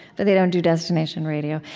but they don't do destination radio.